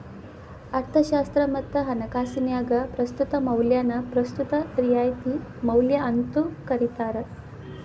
ಅರ್ಥಶಾಸ್ತ್ರ ಮತ್ತ ಹಣಕಾಸಿನ್ಯಾಗ ಪ್ರಸ್ತುತ ಮೌಲ್ಯನ ಪ್ರಸ್ತುತ ರಿಯಾಯಿತಿ ಮೌಲ್ಯ ಅಂತೂ ಕರಿತಾರ